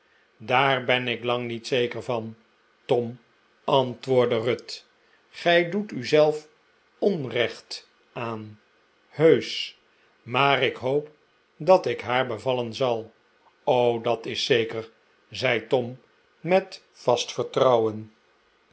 daar ben ik lang niet zeker van tom antwoordde ruth gij doet u zelf onrecht aan heusch maar ik hoop dat ik haar bevallen zal n o dat is zeker zei tom met vast vertrouwen